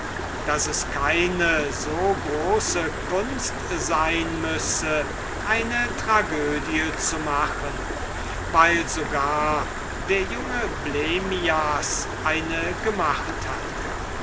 daß es keine so große kunst sein müsse eine tragödie zu machen weil sogar der junge blemmias eine gemacht hatte